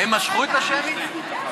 הם משכו את השמית?